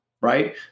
right